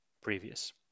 Previous